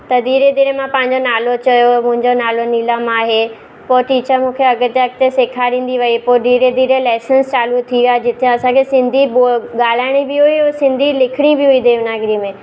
त धीरे धीरे मां पंहिंजो नालो चयो मुंहिंजो नालो नीलम आहे पोइ टीचर मूंखे अॻिते अॻिते सेखारींदी वई पोइ धीरे धीरे लैसेंस चालू थी विया जिते असांखे सिन्धी ॿो ॻालाइणी इ हुई ऐं सिंधी लिखणी बि हुई देवनागरी में